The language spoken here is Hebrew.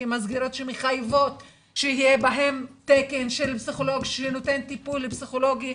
כמסגרות שמחייבות שיהיה בהם תקן של פסיכולוג שנותן טיפול פסיכולוגי,